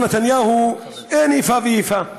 למר נתניהו אין איפה ואיפה,